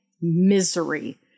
misery